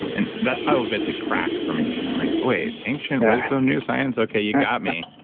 and that title is basically crack for me. i'm like, wait, ancient wisdom, new science, okay, you got me.